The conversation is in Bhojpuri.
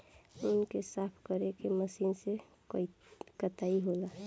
ऊँन के साफ क के मशीन से कताई होला